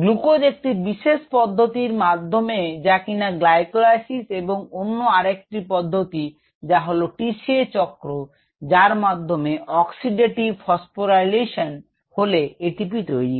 glucose একটি বিশেষ পদ্ধতির মাধ্যমে যা কিনা গ্লাইকোলাইসিস এবং অন্য আরেকটি পদ্ধতি যা হলো TCA চক্র যার মাধ্যমে অক্সিডেটিভ ফসফোরাইলেশন হলে ATP তৈরি হয়